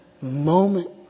moment